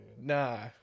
Nah